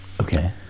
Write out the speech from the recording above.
Okay